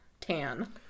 tan